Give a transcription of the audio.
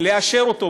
לאשר אותו.